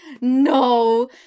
no